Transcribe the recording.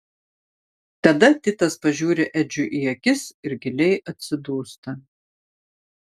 tada titas pažiūri edžiui į akis ir giliai atsidūsta